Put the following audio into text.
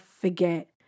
forget